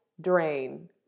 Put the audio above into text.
drain